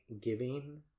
giving